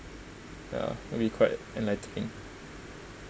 uh maybe quite enlightening